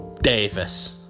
Davis